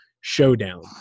showdown